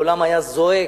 העולם היה זועק